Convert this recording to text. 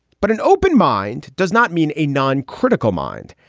but an open mind does not mean a noncritical mind.